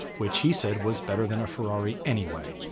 which he said was better than a ferrari. anyway,